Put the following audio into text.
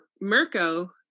Mirko